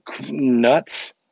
nuts